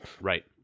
Right